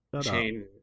chain